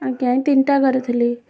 ଆଜ୍ଞା ଏଇ ତିନିଟା କରିଥିଲି